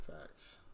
Facts